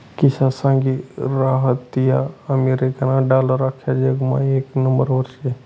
किशा सांगी रहायंता अमेरिकाना डालर आख्खा जगमा येक नंबरवर शे